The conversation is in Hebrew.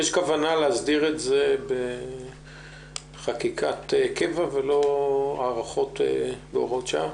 האם יש כוונה להסדיר את זה בחקיקת קבע ולא בהארכות בהוראות שעה?